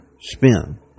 spin